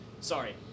sorry